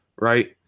right